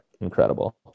incredible